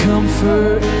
Comfort